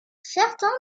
certains